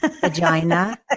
Vagina